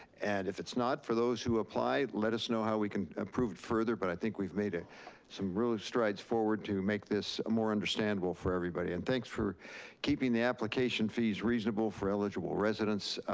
and if it's not, for those who apply, let us know how we can improve it further. but i think we've made some real strides forward to make this more understandable for everybody. and thanks for keeping the application fees reasonable for eligible residents.